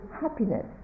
happiness